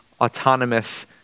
autonomous